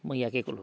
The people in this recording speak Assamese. মই ইয়াকে ক'লোঁ